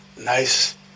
nice